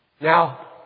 Now